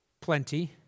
Plenty